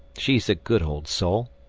she's a good old soul.